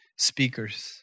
speakers